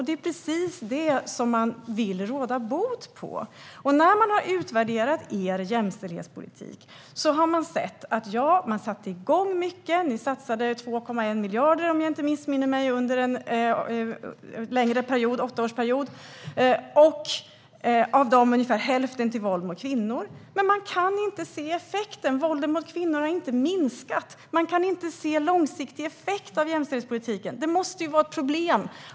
Det är precis det som man vill råda bot på. När man har utvärderat er jämställdhetspolitik har man sett att ni satte igång mycket. Om jag inte missminner mig satsade ni 2,1 miljarder under en åttaårsperiod. Av dessa pengar gick ungefär hälften till våld mot kvinnor, men man kan inte se någon effekt. Våldet mot kvinnor har inte minskat. Man kan inte se en långsiktig effekt av jämställdhetspolitiken. Det måste vara ett problem.